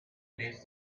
placed